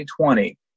2020